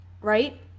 right